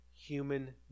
human